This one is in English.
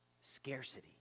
scarcity